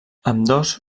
ambdós